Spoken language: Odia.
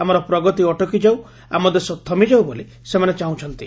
ଆମର ପ୍ରଗତି ଅଟକି ଯାଉ ଆମ ଦେଶ ଥମି ଯାଉ ବୋଲି ସେମାନେ ଚାହ୍ରୁଚ୍ଚନ୍ତି